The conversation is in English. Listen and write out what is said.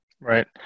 Right